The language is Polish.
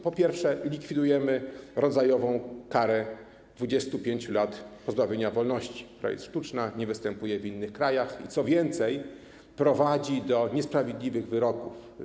Po pierwsze, likwidujemy rodzajową karę 25 lat pozbawienia wolności, która jest sztuczna, nie występuje w innych krajach, a co więcej, prowadzi do niesprawiedliwych wyroków.